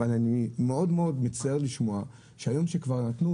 אבל אני מאוד מצטער לשמוע שהיום כשכבר העלו את